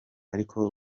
ariko